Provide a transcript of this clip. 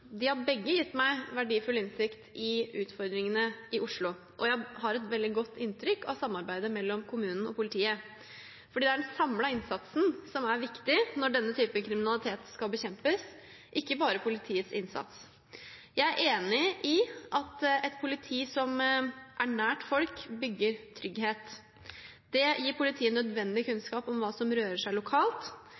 De har begge gitt meg verdifull innsikt i utfordringene i Oslo, og jeg har et veldig godt inntrykk av samarbeidet mellom kommunen og politiet. Det er den samlede innsatsen som er viktig når denne typen kriminalitet skal bekjempes, ikke bare politiets innsats. Jeg er enig i at et politi som er nært folk, bygger trygghet. Det gir politiet nødvendig kunnskap om hva som rører seg lokalt.